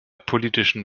politischen